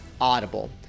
Audible